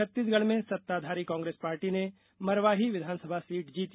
छत्तीसगढ़ में सत्ताधारी कांग्रेस पार्टी ने मरवाही विधानसभा सीट जीती